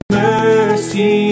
mercy